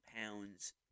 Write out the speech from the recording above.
pounds